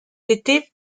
été